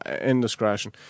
indiscretion